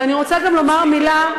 ואני רוצה גם לומר מילה,